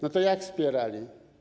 No to jak wspierały?